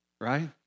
right